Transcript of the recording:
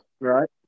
Right